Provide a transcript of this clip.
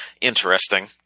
interesting